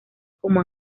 como